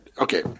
okay